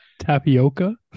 Tapioca